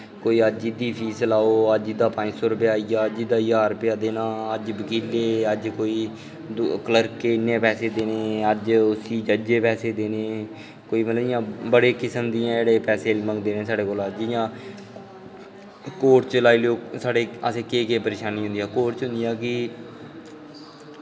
कोई अज्ज एह्दी फीस लैओ कोई अज्ज एह्दा पंज सौ पेआ आईया ज्हार रपेआ देना बकीले गी अज्ज कोई कलर्के गी इ'न्ने पैहे देने अज्ज जजे गी पैहे देने कोई मतलब बड़े किस्म दे पैहे लगदे न साढ़े कोला दा जि'यां कोर्ट च लाई लैओ असें केह् केह् परेशानियां होंदियां कोर्ट च लाई लैओ कि